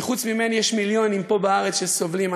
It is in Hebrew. כי חוץ ממני יש מיליונים פה בארץ שסובלים.